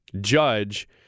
judge